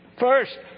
First